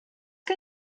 que